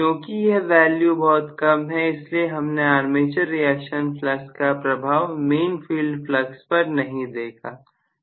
क्योंकि यह वैल्यू बहुत कम है इसलिए हमने आर्मेचर रिएक्शन फ्लक्स का प्रभाव मेन फील्ड प्लस पर नहीं देखा